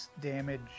damage